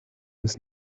ist